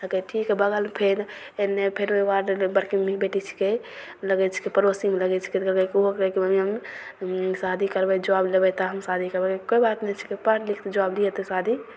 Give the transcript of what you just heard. कहलकै ठीक हइ बगलमे फेर एन्ने फेर एगो आओर बड़की मम्मीके बेटी छिकै लगै छिकै पड़ोसीमे लगै छिकै तऽ कहलकै कि ओहो कहै कि मम्मी हम शादी करबै जॉब लेबै तऽ हम शादी करबै कहलकै कोइ बात नहि छिकै पढ़ लिख तऽ जॉब लिहेँ तऽ शादी